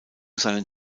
seinen